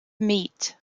meat